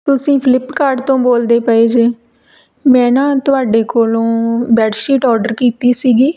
ਤੁਸੀਂ ਫਲਿਪਕਾਰਡ ਤੋਂ ਬੋਲਦੇ ਪਏ ਜੇ ਮੈਂ ਨਾ ਤੁਹਾਡੇ ਕੋੋਲੋਂ ਬੈਡਸ਼ੀਟ ਔਡਰ ਕੀਤੀ ਸੀਗੀ